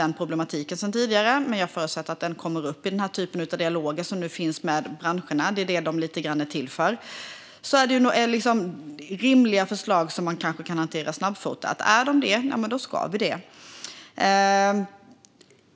Jag har inte hört om just den problematiken, men jag förutsätter att den kommer upp i den typ av dialoger som nu finns med branscherna; det är lite grann det de är till för. Är förslagen rimliga ska vi hantera dem snabbfotat.